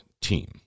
team